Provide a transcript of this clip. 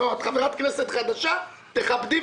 את חברת כנסת חדשה, תכבדי.